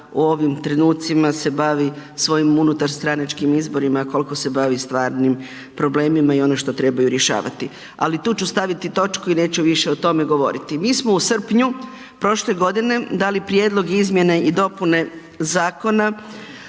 u ovim trenucima se bavi svojim unutarstranačkim izborima, a kolko se bavi stvarnim problemima i ono što trebaju rješavati. Ali tu ću staviti točku i neću više o tome govoriti. Mi smo u srpnju prošle godine dali Prijedlog izmjene i dopune Zakona